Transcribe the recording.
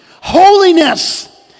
Holiness